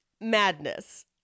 Madness